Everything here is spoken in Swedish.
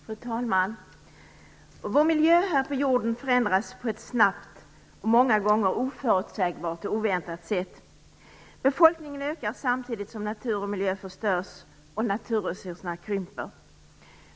Fru talman! Vår miljö här på jorden förändras på ett snabbt och många gånger oförutsägbart och oväntat sätt. Befolkningen ökar samtidigt som natur och miljö förstörs och naturresurserna krymper.